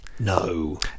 No